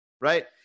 right